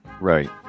Right